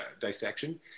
dissection